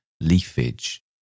leafage